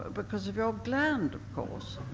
because of your gland, of course.